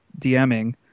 DMing